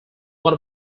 one